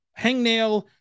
hangnail